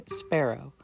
sparrow